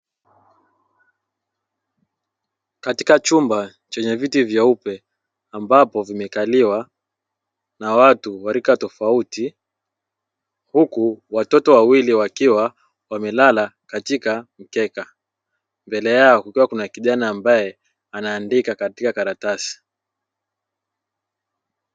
Katika chumba chenye viti vyaupe ambapo vimekaliwa na watu warika tofauti huku watoto wawili wakiwa wamelala katika mkeka mbele yao kukiwa kuna kijana ambaye anaandika katika karatasi